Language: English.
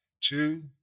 Two